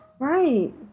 Right